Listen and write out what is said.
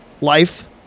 life